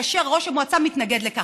כאשר ראש המועצה מתנגד לכך.